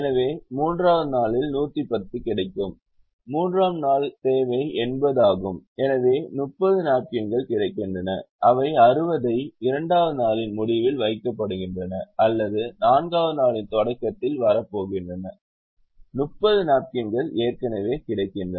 எனவே மூன்றாவது நாளுக்கு 110 கிடைக்கும் மூன்றாம் நாளின் தேவை 80 ஆகும் எனவே 30 நாப்கின்கள் கிடைக்கின்றன அவை 60 ஐ இரண்டாவது நாளின் முடிவில் வைக்கப்படுகின்றன அல்லது நான்காவது நாளின் தொடக்கத்தில் வரப்போகின்றன 30 நாப்கின்கள் ஏற்கனவே கிடைக்கின்றன